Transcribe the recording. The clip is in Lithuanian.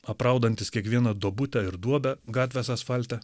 apraudantis kiekvieną duobutę ir duobę gatvės asfalte